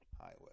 Highway